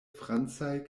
francaj